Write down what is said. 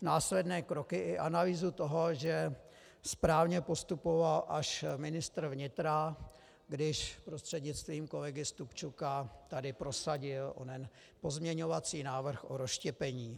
Následné kroky i analýzu toho, že správně postupoval až ministr vnitra, když tady prostřednictvím kolegy Stupčuka prosadil onen pozměňovací návrh o rozštěpení.